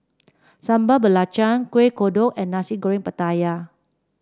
Sambal Belacan Kuih Kodok and Nasi Goreng Pattaya